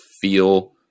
feel